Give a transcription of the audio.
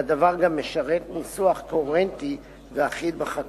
והדבר גם משרת ניסוח קוהרנטי ואחיד בחקיקה.